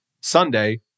Sunday